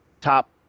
top